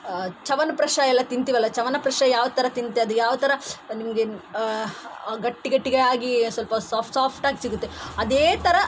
ಚವನ್ಪ್ರಶಾ ಎಲ್ಲ ತಿಂತೀವಿ ಅಲ್ಲ ಚವನಪ್ರಾಶ್ ಯಾವ ಥರ ತಿಂತೆ ಅದು ಯಾವ ಥರ ನಿಮಗೆ ಗಟ್ಟಿ ಗಟ್ಟಿಗೆ ಆಗಿ ಸ್ವಲ್ಪ ಸಾಫ್ಟ್ ಸಾಫ್ಟಾಗಿ ಸಿಗುತ್ತೆ ಅದೇ ಥರ